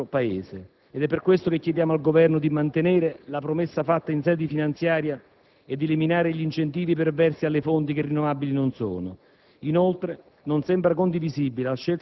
il sistema degli inceneritori nel nostro Paese. Per questo chiediamo al Governo di mantenere la promessa fatta in sede di finanziaria e di eliminare gli incentivi perversi alle fonti che rinnovabili non sono.